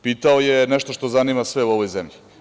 Pitao je nešto što zanima sve u ovoj zemlji.